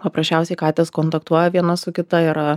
paprasčiausiai katės kontaktuoja viena su kita ir